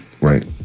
Right